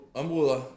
områder